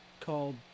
called